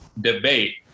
debate